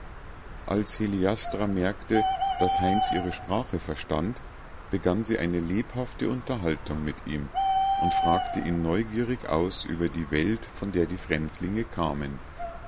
als heliastra merkte daß heinz ihre sprache verstand begann sie eine lebhafte unterhaltung mit ihm und fragte ihn neugierig aus über die welt von der die fremdlinge kamen